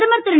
பிரதமர் திரு